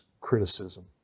criticism